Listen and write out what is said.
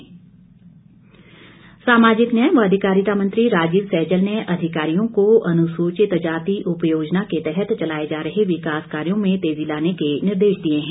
राजीव सैजल सामाजिक न्याय व अधिकारिता मंत्री राजीव सैजल ने अधिकारियों को अनुसूचित जाति उप योजना के तहत चलाए जा रहे विकास कार्यों में तेजी लाने के निर्देश दिए हैं